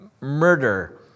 Murder